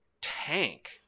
tank